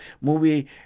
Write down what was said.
movie